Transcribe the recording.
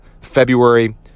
February